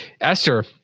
Esther